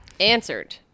answered